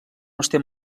estem